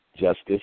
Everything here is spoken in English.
justice